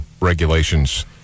regulations